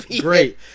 great